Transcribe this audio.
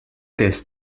this